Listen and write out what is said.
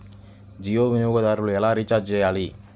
జియో వినియోగదారులు ఎలా రీఛార్జ్ చేయాలి?